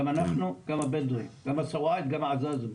גם אנחנו, גם הבדואים, גם הסואעד גם העזזים,